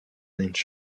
inch